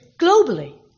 globally